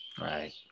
right